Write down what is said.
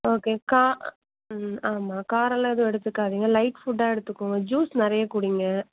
okay கா ஆமாம் காரம்லாம் எதுவும் எடுத்துக்காதீங்க லைட் ஃபுட்டாக எடுத்துக்கோங்க ஜூஸ் நிறைய குடிங்க